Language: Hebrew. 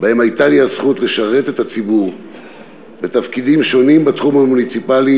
שבהן הייתה לי הזכות לשרת את הציבור בתפקידים שונים בתחום המוניציפלי,